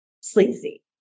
sleazy